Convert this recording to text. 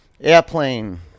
Airplane